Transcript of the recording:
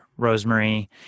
Rosemary